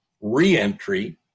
re-entry